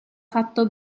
fatto